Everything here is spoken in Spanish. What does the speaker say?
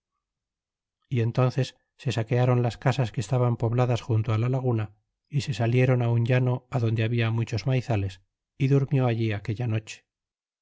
y entences se saqueron las casas que estaban pobladas junto á la laguna y se salieron a un llano adonde habla muchos maizales y durmió allí aquella noche